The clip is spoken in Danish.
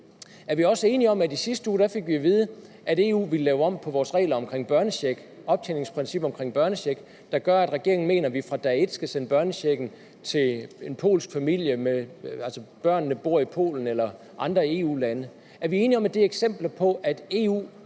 Er vi også enige om, at vi i sidste uge fik at vide, at EU ville lave om på vores regler om optjeningsprincippet i forbindelse med børnecheck, der gør, at regeringen mener, at vi fra dag et skal sende børnecheck til en polsk familie, hvor børnene bor i Polen eller i andre EU-lande? Er vi enige om, at det er eksempler på, at EU